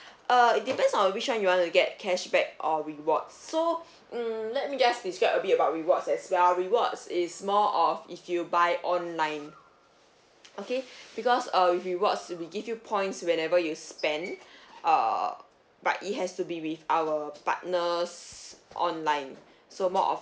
err it depends on which one you want to get cashback or rewards so mm let me just describe a bit about rewards as well rewards is more of if you buy online okay because uh with rewards we give you points whenever you spend err but it has to be with our partners online so more of